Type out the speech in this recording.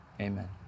Amen